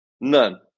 None